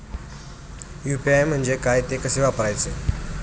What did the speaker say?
UPI म्हणजे काय, ते कसे वापरायचे?